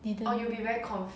you don't know